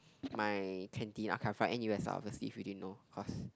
my canteen okay I'm from n_u_s obviously if you didn't know cause